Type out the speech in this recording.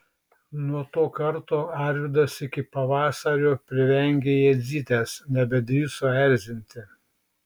nuo to karto arvydas iki pavasario privengė jadzytės nebedrįso erzinti